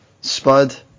Spud